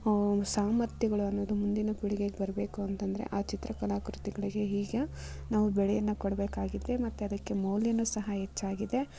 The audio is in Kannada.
ಸಾಮರ್ಥ್ಯಗಳು ಅನ್ನೋದು ಮುಂದಿನ ಪೀಳಿಗೆಗೆ ಬರಬೇಕು ಅಂತೆಂದ್ರೆ ಆ ಚಿತ್ರ ಕಲಾಕೃತಿಗಳಿಗೆ ಈಗ ನಾವು ಬೆಲೆಯನ್ನು ಕೊಡಬೇಕಾಗಿದೆ ಮತ್ತು ಅದಕ್ಕೆ ಮೌಲ್ಯವು ಸಹ ಹೆಚ್ಚಾಗಿದೆ